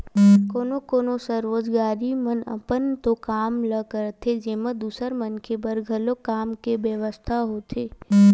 कोनो कोनो स्वरोजगारी मन अपन तो काम ल करथे जेमा दूसर मनखे बर घलो काम के बेवस्था होथे